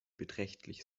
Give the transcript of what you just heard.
beträchtlich